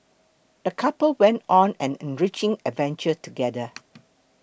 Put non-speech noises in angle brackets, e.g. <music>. the couple went on an enriching adventure together <noise>